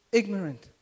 ignorant